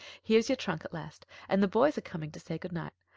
here's your trunk at last and the boys coming to say good night.